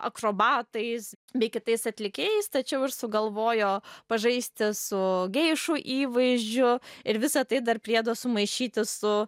akrobatais bei kitais atlikėjais tačiau ir sugalvojo pažaisti su geišų įvaizdžiu ir visa tai dar priedo sumaišyti su